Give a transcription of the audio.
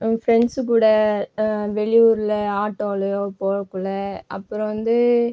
friends கூட வெளியூரில் ஆட்டோலேயோ போகக்குள்ளே அப்புறம் வந்து